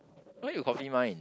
why you copy mine